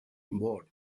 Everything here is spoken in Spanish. board